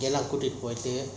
geylang for sale ah